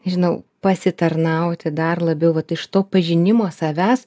žinau pasitarnauti dar labiau vat iš to pažinimo savęs